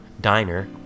diner